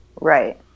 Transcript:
Right